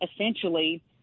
essentially